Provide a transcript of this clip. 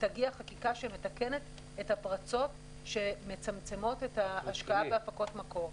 תגיע חקיקה שמתקנת את הפרצות שמצמצמות את ההשקעה בהפקות מקור.